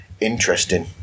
interesting